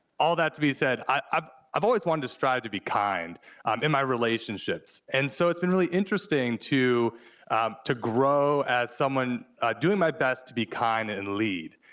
all that to be said, i've i've always wanted to strive to be kind in my relationships, and so it's been really interesting to to grow as someone doing my best to be kind and lead.